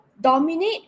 dominate